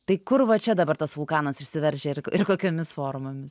tai kur va čia dabar tas vulkanas išsiveržia ir ir kokiomis formomis